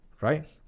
right